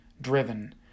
driven